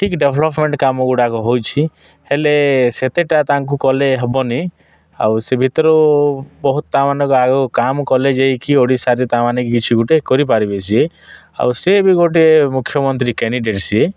ଠିକ୍ ଡେଭଲପମେଣ୍ଟ୍ କାମଗୁଡ଼ାକ ହୋଇଛି ହେଲେ ସେତେଟା ତାଙ୍କୁ କଲେ ହେବନି ଆଉ ସେ ଭିତରୁ ବହୁତ କାମ କଲେ ଯାଇକି ଓଡ଼ିଶାରେ ତା ମାନେ କିଛି ଗୋଟେ କରିପାରିବେ ସିଏ ଆଉ ସେ ବି ଗୋଟେ ମୁଖ୍ୟମନ୍ତ୍ରୀ କ୍ୟାଣ୍ଡିଡ଼େଟ୍ ସିଏ